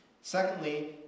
Secondly